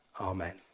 Amen